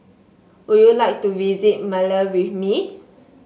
would you like to visit Male with me